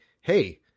hey